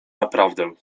naprawdę